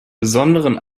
besonderen